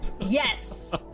Yes